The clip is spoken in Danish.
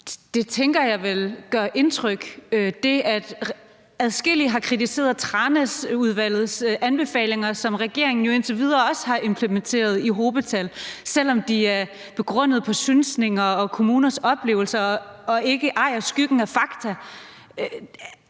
det, tænker jeg gør indtryk. Det, at adskillige har kritiseret Tranæsudvalgets anbefalinger, som regeringen indtil videre også har implementeret i hobetal, selv om de er begrundet i synsninger og kommuners oplevelser og ikke ejer af skyggen af fakta,